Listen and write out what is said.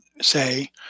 say